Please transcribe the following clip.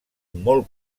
molt